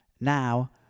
Now